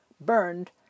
burned